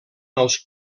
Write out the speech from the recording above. els